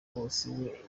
bose